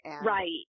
Right